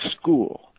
school